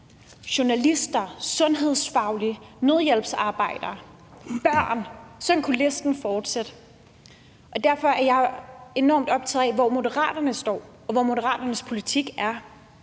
journalister, sundhedsfaglige personer, nødhjælpsarbejdere, børn. Sådan kunne listen fortsætte. Derfor er jeg enormt optaget af, hvor Moderaterne står, og hvor Moderaternes politik er,